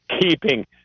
keeping